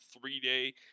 three-day